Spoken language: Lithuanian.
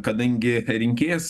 kadangi rinkėjas